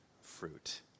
fruit